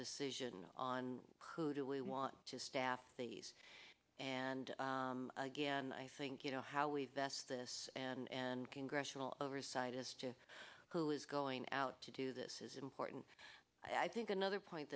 decision on who do we want to staff these and again i think you know how we've best this and congressional oversight as to who is going out to do this is important i think another point